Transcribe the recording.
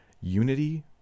unity